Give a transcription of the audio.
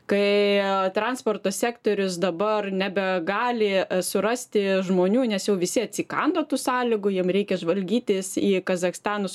kai transporto sektorius dabar nebegali surasti žmonių nes jau visi atsikando tų sąlygų jiem reikia žvalgytis į kazachstanus